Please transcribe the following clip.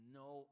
no